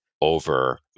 over